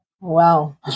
Wow